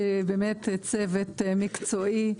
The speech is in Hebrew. באמת צוות מקצועי,